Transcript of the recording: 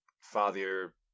father